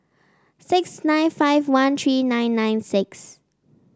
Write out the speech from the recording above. six nine five one three nine nine six